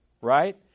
right